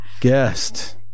guest